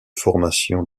formation